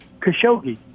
Khashoggi